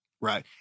Right